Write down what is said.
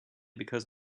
because